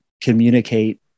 communicate